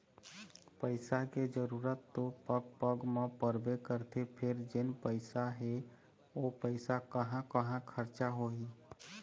पइसा के जरूरत तो पग पग म परबे करथे फेर जेन पइसा हे ओ पइसा कहाँ कहाँ खरचा होही